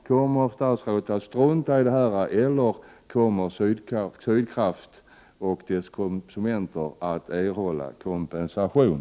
Kommer statsrådet att strunta i detta, eller kommer Sydkraft och konsumenterna att erhålla kompensation?